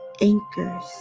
anchors